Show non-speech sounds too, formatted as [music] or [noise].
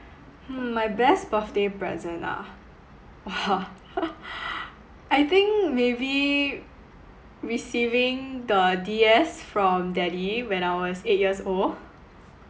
hmm my best birthday present ah [laughs] I think maybe receiving the D_S from daddy when I was eight years old